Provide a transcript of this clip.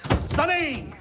sunny.